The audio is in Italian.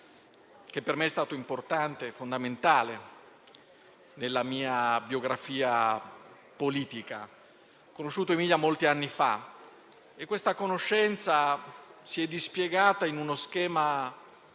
che sono stati importanti e fondamentali nella mia biografia politica. Ho conosciuto Emilia molti anni fa e questa conoscenza si è dispiegata in uno schema,